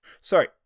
Sorry